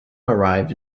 arrived